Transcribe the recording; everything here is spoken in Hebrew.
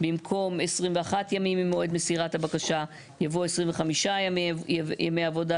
במקום "21 ימים ממועד מסירת הבקשה" יבוא "25 ימי עבודה".